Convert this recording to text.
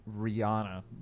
Rihanna